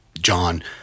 John